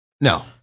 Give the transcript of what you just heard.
No